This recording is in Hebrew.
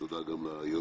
ותודה גם ליוזמים.